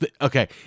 okay